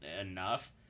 enough